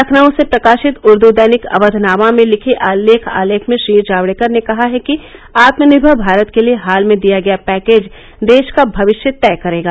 लखनऊ से प्रकाशित उर्दू दैनिक अवधनामा में लिखे लेख आलेख में श्री जावड़ेकर ने कहा है कि आत्मनिर्भर भारत के लिए हाल में दिया गया पैकेज देश का भविष्य तय करेगा